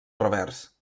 revers